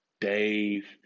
Dave